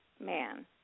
man